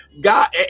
god